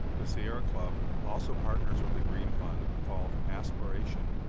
the sierra club, also partners with a green fund called aspiration.